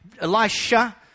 Elisha